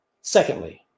Secondly